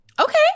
Okay